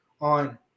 on